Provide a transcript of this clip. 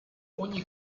ogni